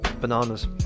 bananas